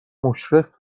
مشرف